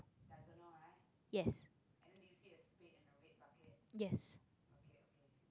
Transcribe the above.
yes yes